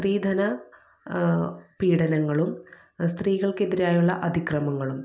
സ്ത്രീധന പീഡനങ്ങളും സ്ത്രീകൾക്ക് എതിരായുള്ള അതിക്രമങ്ങളും